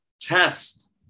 Test